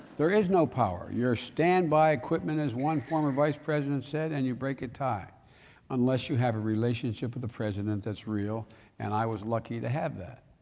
there is no power. you're standby equipment as one former vice president said and you break a tie unless you have a relationship with the president that's real and i was lucky to have that.